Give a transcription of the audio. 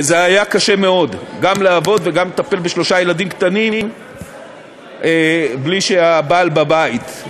זה היה קשה מאוד גם לעבוד וגם לטפל בשלושה ילדים קטנים בלי שהבעל בבית.